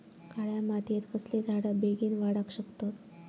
काळ्या मातयेत कसले झाडा बेगीन वाडाक शकतत?